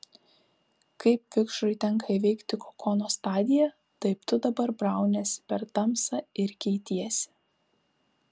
kaip vikšrui tenka įveikti kokono stadiją taip tu dabar brauniesi per tamsą ir keitiesi